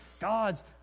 God's